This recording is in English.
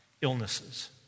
illnesses